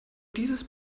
dieses